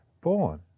born